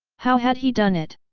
how had he done it?